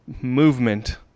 movement